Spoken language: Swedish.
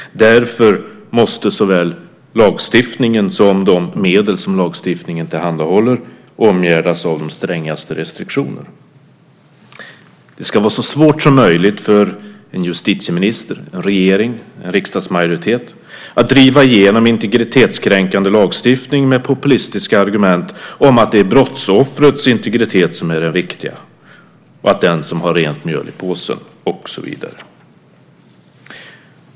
Därför måste såväl lagstiftningen som de medel som lagstiftningen tillhandahåller omgärdas av de strängaste restriktioner. Det ska vara så svårt som möjligt för en justitieminister, en regering och en riksdagsmajoritet att driva igenom integritetskränkande lagstiftning med populistiska argument om att det är brottsoffrets integritet som är det viktiga, att det gäller den som har rent mjöl i påsen och så vidare.